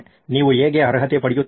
ನೀವು ಹೇಗೆ ಅರ್ಹತೆ ಪಡೆಯುತ್ತೀರಿ